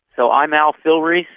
so, i'm al filreis,